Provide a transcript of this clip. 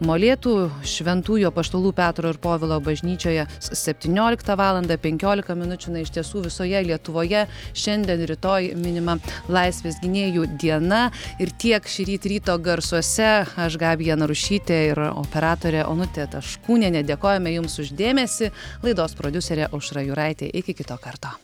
molėtų šventųjų apaštalų petro ir povilo bažnyčioje septynioliktą valandą penkiolika minučių na iš tiesų visoje lietuvoje šiandien rytoj minima laisvės gynėjų diena ir tiek šįryt ryto garsuose aš gabija narušytė yra operatorė onutė taškūnienė dėkojame jums už dėmesį laidos prodiuserė aušra juraitė iki kito karto